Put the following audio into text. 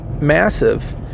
massive